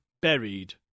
buried